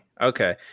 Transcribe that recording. Okay